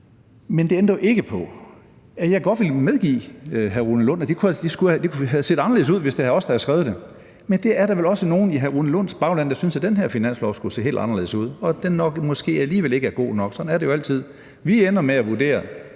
Men det ændrer jo ikke på, at jeg godt vil medgive hr. Rune Lund, at det havde set anderledes ud, hvis det havde været os, der havde skrevet den. Men der er vel også nogle i hr. Rune Lunds bagland, der synes, at den her finanslov skulle have set helt anderledes ud, og at den nok måske alligevel ikke er god nok. Sådan er det jo altid. Vi ender med at vurdere